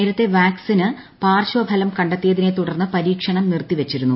നേരത്തെ വാക്സിന് പാർശ്വഫലം കണ്ടെത്തിയതിനെ തുടർന്ന് പരീക്ഷണം നിർത്തിവച്ചിരുന്നു